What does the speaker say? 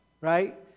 right